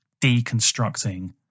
deconstructing